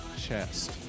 Chest